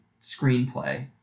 screenplay